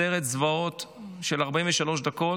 סרט זוועות של 43 דקות,